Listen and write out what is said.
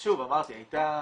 אז, שוב, אמרתי, הייתה